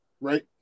right